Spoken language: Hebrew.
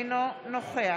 אינו נוכח